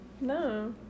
No